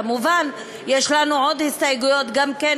כמובן, יש לנו עוד הסתייגות גם כן.